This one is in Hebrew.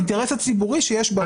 האינטרס הציבורי שיש פה.